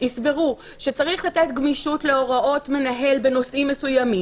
יסברו שצריך לתת גמישות להוראות מנהל בנושאים מסוימים